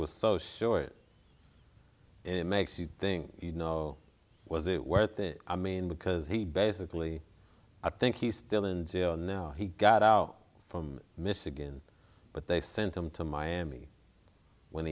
was so sure it makes you think you know was it worth it i mean because he basically i think he's still in jail now he got out from michigan but they sent him to miami when